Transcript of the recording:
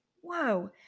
whoa